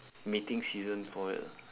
mating season for it lah